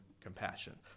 compassion